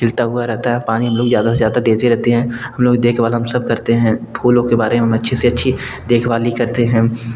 खिलता हुआ रहता है पानी हम लोग ज़्यादा से ज़्यादा देते रहते हैं हम लोग देखभाल हम सब करते हैं फूलों के बारे में हम अच्छी से अच्छी देखभाली करते हैं